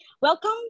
Welcome